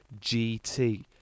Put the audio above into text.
GT